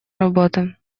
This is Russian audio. работа